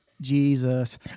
Jesus